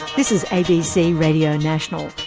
this is abc radio national.